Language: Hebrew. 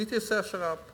הייתי עושה שר"פ.